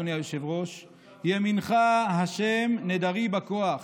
אדוני היושב-ראש: "ימינך ה' נאדרי בכח